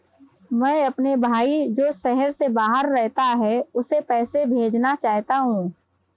मैं अपने भाई जो शहर से बाहर रहता है, उसे पैसे भेजना चाहता हूँ